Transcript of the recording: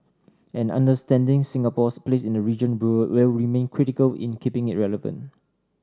and understanding Singapore's place in the region will remain critical in keeping it relevant